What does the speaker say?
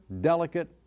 delicate